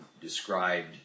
described